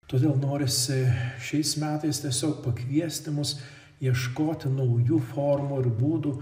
todėl norisi šiais metais tiesiog pakviesti mus ieškoti naujų formų ir būdų